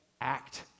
act